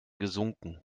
gesunken